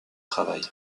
travail